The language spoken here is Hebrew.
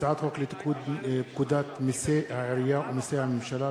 הצעת חוק לתיקון פקודת מסי העירייה ומסי הממשלה